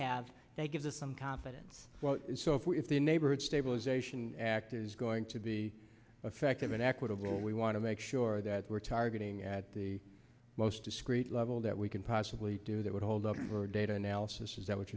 have they give us some confidence so if we if the neighborhood stabilization act is going to be effective in equitable we want to make sure that we're targeting at the most discrete level that we can possibly do that would hold up for data analysis is that what